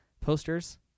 posters